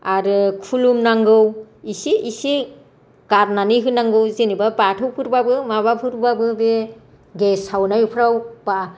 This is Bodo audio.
आरो खुलुमनांगौ एसे एसे गारनानै होनांगौ जेनेबा बाथौफोरबाबो माबाफोरबाबो बे गेस सावनायफ्राव बा